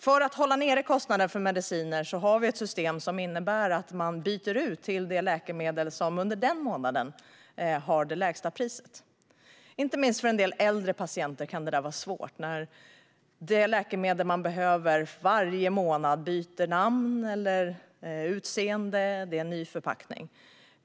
För att hålla nere kostnaden för mediciner finns ett system som innebär att man byter ut ett läkemedel till ett läkemedel som under den månaden har det lägsta priset. Inte minst för en del äldre patienter kan det vara svårt när det läkemedel som patienten behöver varje månad byter namn, utseende eller förpackning.